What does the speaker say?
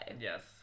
yes